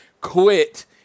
quit